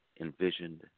envisioned